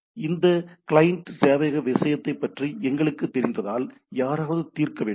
எனவே இந்த கிளையன்ட் சேவையக விஷயத்தைப் பற்றி எங்களுக்குத் தெரிந்ததால் யாராவது தீர்க்க வேண்டும்